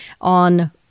on